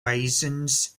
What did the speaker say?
raisins